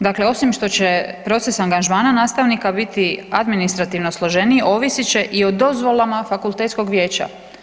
Dakle, osim što će proces angažmana nastavnika biti administrativno složeniji ovisit će i o dozvolama fakultetskog vijeća.